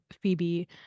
Phoebe